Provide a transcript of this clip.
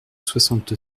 soixante